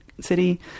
city